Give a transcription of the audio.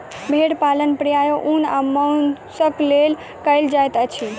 भेड़ पालन प्रायः ऊन आ मौंसक लेल कयल जाइत अछि